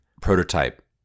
prototype